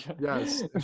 yes